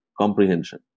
comprehension